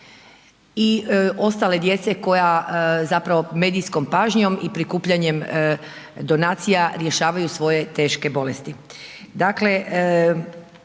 i ostale djece koja zapravo medijskom pažnjom i prikupljanjem donacija rješavaju svoje teške bolesti.